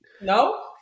No